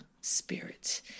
spirit